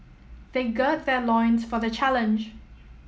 they gird their loins for the challenge